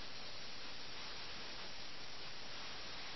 ഇനി നമുക്ക് ഈ കഥയുടെ അവസാന ഘട്ടത്തിലേക്ക് വരാം